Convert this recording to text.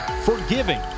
Forgiving